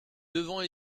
devons